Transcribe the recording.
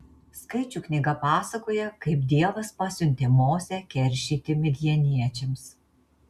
skaičių knyga pasakoja kaip dievas pasiuntė mozę keršyti midjaniečiams